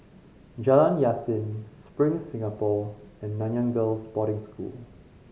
Jalan Yasin Spring Singapore and Nanyang Girls' Boarding School